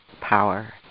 power